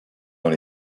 dans